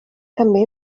també